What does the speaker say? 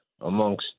amongst